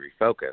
refocus